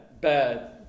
bad